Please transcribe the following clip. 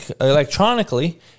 electronically